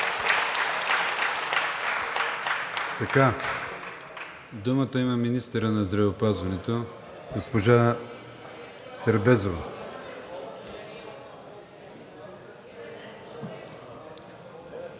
Думата има министърът на здравеопазването госпожа Сербезова.